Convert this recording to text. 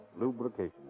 lubrication